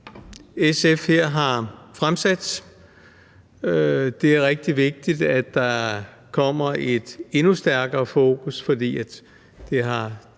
SF her har fremsat. Det er rigtig vigtigt, at der kommer et endnu stærkere fokus – de